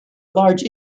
large